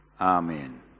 Amen